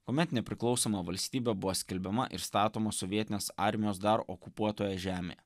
kuomet nepriklausoma valstybė buvo skelbiama ir statomos sovietinės armijos dar okupuotoje žemėje